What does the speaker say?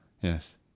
Yes